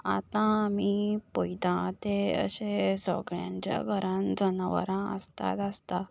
आतां आमी पळयता तें अशें सगळ्यांच्या घरांत जनावरां आसताच आसता